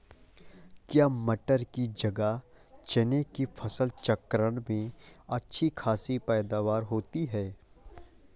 क्या मटर की जगह चने की फसल चक्रण में अच्छी खासी पैदावार होती है?